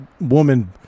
woman